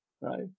Right